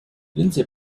lindsey